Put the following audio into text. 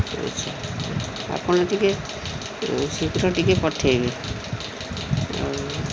ଆଚ୍ଛା ଆପଣ ଟିକେ ଶୀଘ୍ର ଟିକେ ପଠେଇବେ ଆଉ